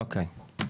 אוקיי.